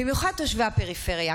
במיוחד תושבי הפריפריה,